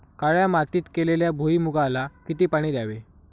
काळ्या मातीत केलेल्या भुईमूगाला किती पाणी द्यावे?